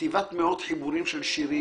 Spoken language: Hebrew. כתיבת מאות חיבורים של שירים,